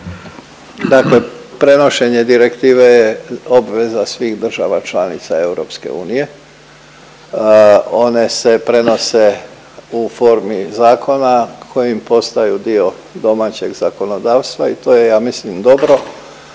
Dakle, prenošenje direktive je obveza svih država članica EU. One se prenose u formi zakona koji im postaju dio domaćeg zakonodavstva i to je ja mislim dobro